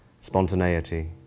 spontaneity